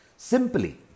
Simply